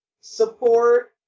support